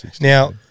Now